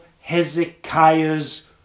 Hezekiah's